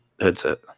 headset